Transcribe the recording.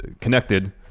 connected